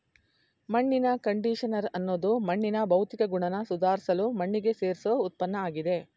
ಮಣ್ಣಿನ ಕಂಡಿಷನರ್ ಅನ್ನೋದು ಮಣ್ಣಿನ ಭೌತಿಕ ಗುಣನ ಸುಧಾರ್ಸಲು ಮಣ್ಣಿಗೆ ಸೇರ್ಸೋ ಉತ್ಪನ್ನಆಗಿದೆ